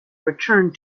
returned